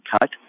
cut